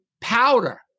powder